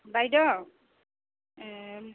বাইদেউ ও